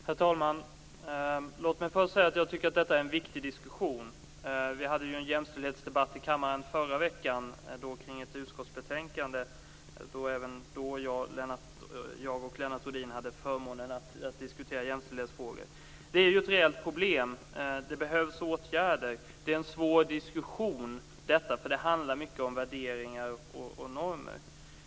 Herr talman! Jag tycker att det här är en viktig diskussion. Vi hade en jämställdhetsdebatt med anledning av ett utskottsbetänkande i förra veckan. Lennart Rohdin och jag hade förmånen att diskutera jämställdhetsfrågor. Detta är ett reellt problem, och det behöver vidtas åtgärder. Det är svårt att diskutera värderingar och normer.